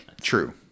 True